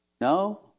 No